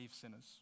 sinners